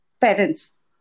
parents